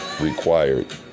Required